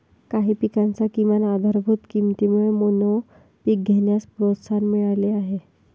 काही पिकांच्या किमान आधारभूत किमतीमुळे मोनोपीक घेण्यास प्रोत्साहन मिळाले आहे